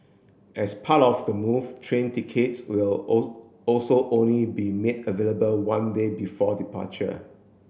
as part of the move train tickets will all also only be made available one day before departure